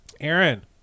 aaron